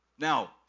Now